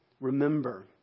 Remember